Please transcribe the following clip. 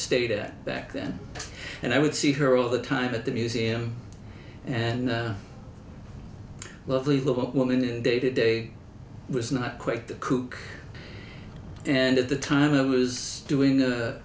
stayed at back then and i would see her all the time at the museum and well the look woman in day to day was not quite the cook and at the time i was doing a